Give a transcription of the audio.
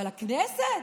אבל הכנסת,